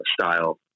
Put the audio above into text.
style